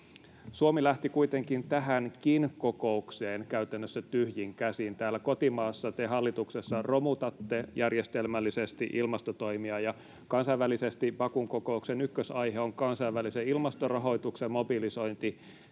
Suomi lähti kuitenkin tähänkin kokoukseen käytännössä tyhjin käsin. Täällä kotimaassa te hallituksessa romutatte järjestelmällisesti ilmastotoimia, ja kansainvälisesti Bakun kokouksen ykkösaihe on kansainvälisen ilmastorahoituksen mobilisointi.